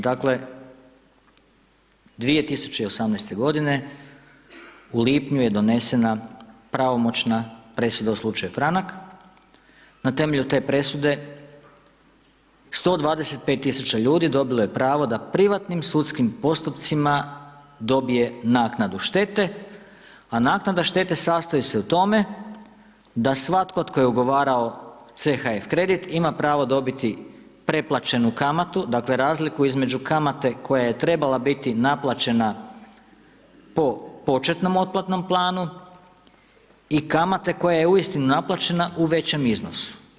Dakle, 2018. godine u lipnju je donesena pravomoćna presuda u slučaju Franak, na temelju te presude 125.000 ljudi dobilo je pravo da privatnim sudskim postupcima dobije naknadu štete, a naknada štete sastoji se u tome da svatko tko je ugovarao CHF kredit ima pravo dobiti preplaćenu kamatu, dakle, razliku između kamate koja je trebala biti naplaćena po početnom otplatnom planu i kamate koja je uistinu naplaćena u većem iznosu.